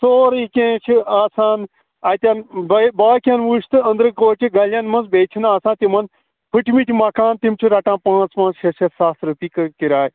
سورُے کیٚنٛہہ چھُ آسان اَتٮ۪ن باقیَن وُچھ تہٕ أنٛدرٕ کوچہِ گَلٮ۪ن منٛز بیٚیہِ چھِنہٕ آسان تِمَن پھُٹۍمٕتۍ مَکان تِم چھِ رَٹان پانٛژھ پانٛژھ شےٚ شےٚ ساس رۄپیہِ کِراے